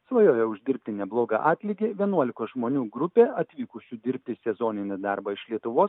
svajoję uždirbti neblogą atlygį vienuolikos žmonių grupė atvykusių dirbti sezoninį darbą iš lietuvos